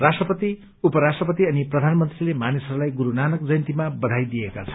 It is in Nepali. राष्ट्रपति उपराष्ट्रपति अनि प्रधानमन्त्रीले मानिसहरूलाई गुरू नानक जयन्तीमा बधाई दिएका छन्